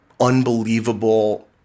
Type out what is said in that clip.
unbelievable